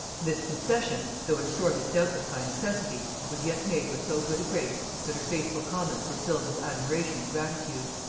this concession, though extorted doubtless by necessity, was yet made with so good a grace, that her faithful commons were filled with admiration and gratitude.